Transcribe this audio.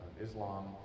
Islam